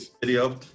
video